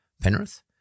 Penrith